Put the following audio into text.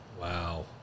Wow